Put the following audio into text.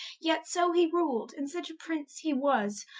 yet so he rul'd, and such a prince he was,